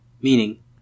meaning